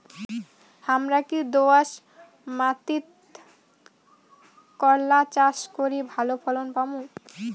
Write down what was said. হামরা কি দোয়াস মাতিট করলা চাষ করি ভালো ফলন পামু?